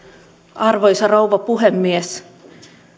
arvoisa rouva puhemies